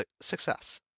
success